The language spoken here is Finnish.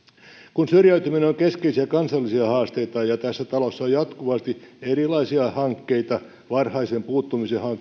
kun syrjäytyminen on keskeisiä kansallisia haasteita ja tässä talossa on jatkuvasti erilaisia hankkeita varhaisen puuttumisen